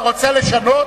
אתה רוצה לשנות?